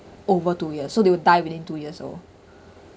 over two years so they will die within two years old